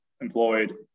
employed